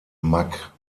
mack